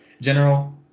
general